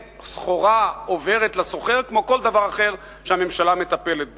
סחורה עוברת לסוחר כמו כל דבר אחר שהממשלה מטפלת בו,